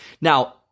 now